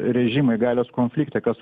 režimą į galios konfliktą kas